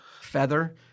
feather